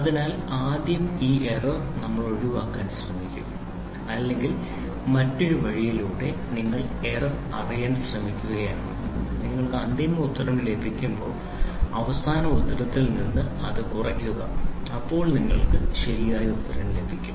അതിനാൽ ആദ്യം ഈ എറർ നമ്മൾ ഒഴിവാക്കാൻ ശ്രമിക്കും അല്ലെങ്കിൽ മറ്റൊരു വഴിയിലൂടെ നിങ്ങൾ എറർ അറിയാൻ ശ്രമിക്കുകയാണ് നിങ്ങൾക്ക് അന്തിമ ഉത്തരം ലഭിക്കുമ്പോൾ അവസാന ഉത്തരത്തിൽ നിന്ന് അത് കുറയ്ക്കുക അപ്പോൾ നിങ്ങൾക്ക് ശരിയായ ഉത്തരം ലഭിക്കും